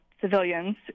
civilians